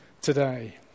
Today